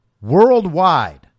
Worldwide